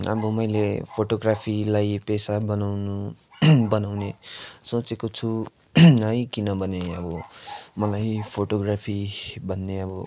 अब मैले फोटोग्राफीलाई पेसा बनाउनु बनाउने सोचेको छु है किनभने अब मलाई फोटोग्राफी भन्ने अब